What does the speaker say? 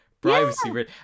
privacy